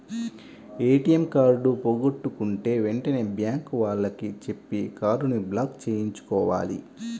ATM card పోగొట్టుకుంటే వెంటనే bank వాళ్లకి చెప్పి కార్డుని బ్లాక్ చేయించుకోవాలి